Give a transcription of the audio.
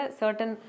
certain